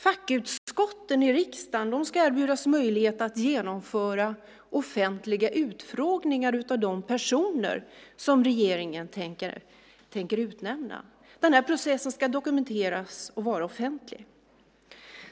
Fackutskotten i riksdagen ska erbjudas möjlighet att genomföra offentliga utfrågningar av de personer som regeringen tänker utnämna. Den här processen ska dokumenteras och vara offentlig.